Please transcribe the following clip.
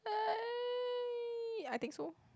I think so